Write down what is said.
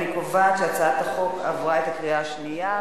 אני קובעת שהצעת החוק עברה בקריאה השנייה.